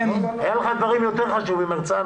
היו לך דברים חשובים יותר.